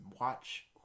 watch